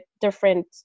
different